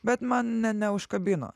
bet man ne neužkabino